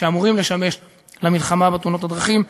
שאמורים לשמש למלחמה בתאונות הדרכים,